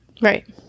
right